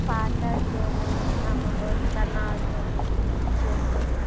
पातर चाउर लेबै उसनामे केना देबै से कहियौ